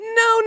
no